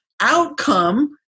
outcome